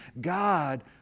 God